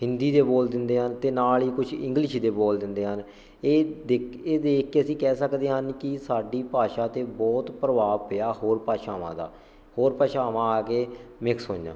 ਹਿੰਦੀ ਦੇ ਬੋਲ ਦਿੰਦੇ ਹਨ ਅਤੇ ਨਾਲ ਹੀ ਕੁਛ ਇੰਗਲਿਸ਼ ਦੇ ਬੋਲ ਦਿੰਦੇ ਹਨ ਇਹ ਦੇਖ ਇਹ ਦੇਖ ਕੇ ਅਸੀਂ ਕਹਿ ਸਕਦੇ ਹਨ ਕਿ ਸਾਡੀ ਭਾਸ਼ਾ 'ਤੇ ਬਹੁਤ ਪ੍ਰਭਾਵ ਪਿਆ ਹੋਰ ਭਾਸ਼ਾਵਾਂ ਦਾ ਹੋਰ ਭਾਸ਼ਾਵਾਂ ਆ ਕੇ ਮਿਕਸ ਹੋਈਆਂ